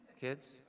Kids